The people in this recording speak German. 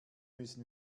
müssen